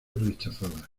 rechazada